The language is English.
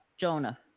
Jonah